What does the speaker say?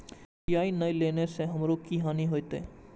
UPI ने लेने से हमरो की हानि होते?